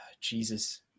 Jesus